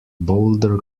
boulder